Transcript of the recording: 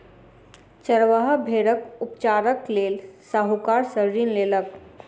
चरवाहा भेड़क उपचारक लेल साहूकार सॅ ऋण लेलक